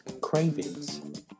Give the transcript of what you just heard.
cravings